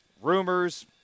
Rumors